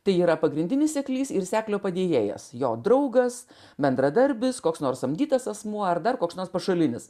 tai yra pagrindinis seklys ir seklio padėjėjas jo draugas bendradarbis koks nors samdytas asmuo ar dar koks nors pašalinis